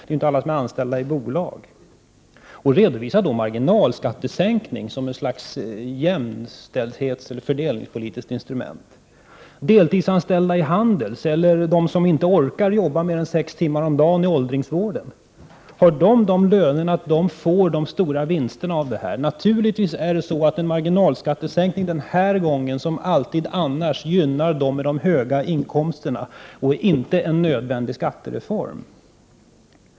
Det är inte alla som är anställda i bolag. Han redovisar marginalskattesänkningen som ett slags jämställdhetseller fördelningspolitiskt instrument. Deltidsanställda eller de som inte orkar arbeta mer än sex timmar om dagen i åldringsvården, har de sådana löner att de får de stora vinsterna av detta? Naturligtvis gynnar en marginalskattesänkning den här gången, som alltid annars, dem med de höga inkomsterna och är inte en nödvändig skattereform.